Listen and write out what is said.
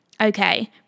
okay